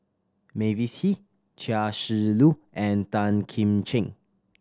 Mavis Hee Chia Shi Lu and Tan Kim Ching